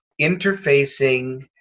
interfacing